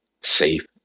safe